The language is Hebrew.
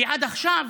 כי עד עכשיו